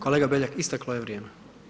Kolega Beljak, isteklo je vrijeme.